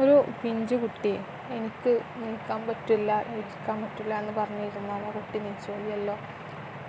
ഒരു പിഞ്ചു കുട്ടി എനിക്ക് നിൽക്കാൻ പറ്റില്ല ഇരിക്കാൻ പറ്റില്ല എന്നു പറഞ്ഞിരുന്നാൽ ആ കുട്ടി